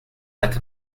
like